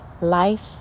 life